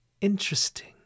interesting